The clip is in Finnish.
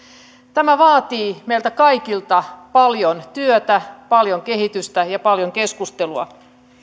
tämä vaatii meiltä kaikilta paljon työtä paljon kehitystä ja paljon keskustelua